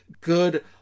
Good